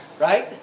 right